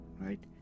right